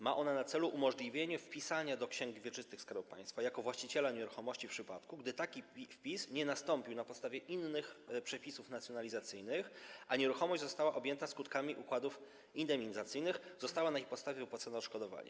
Ma ona na celu umożliwienie wpisania do ksiąg wieczystych Skarbu Państwa jako właściciela nieruchomości w przypadku, gdy taki wpis nie nastąpił na podstawie innych przepisów nacjonalizacyjnych, a nieruchomość została objęta skutkami układów indemnizacyjnych, zostało na ich podstawie wypłacone odszkodowanie.